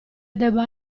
debba